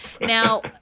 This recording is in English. Now